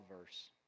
verse